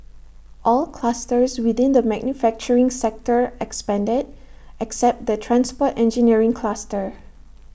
all clusters within the manufacturing sector expanded except the transport engineering cluster